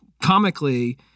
comically